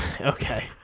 Okay